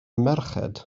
merched